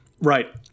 right